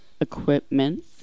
equipment